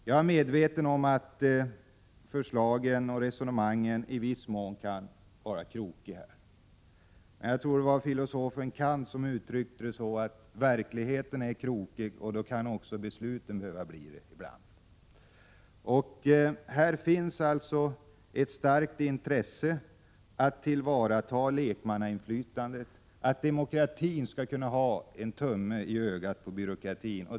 Jag är medveten om att förslagen och resonemangen i viss mån kan vara krokiga. Men jag tror att det var filosofen Kant som sade att verkligheten är krokig och då kan också besluten behöva bli det ibland. Här finns alltså ett starkt intresse att tillvarata lekmannainflytande. Demokratin skall kunna ha ”en tumme i ögat på byråkratin”.